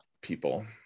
people